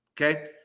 Okay